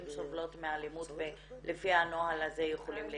שסובלות מאלימות ולפי הנוהל הזה יכולים להתקדם?